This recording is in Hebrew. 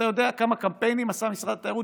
אתה יודע כמה קמפיינים עשה משרד התיירות